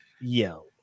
yo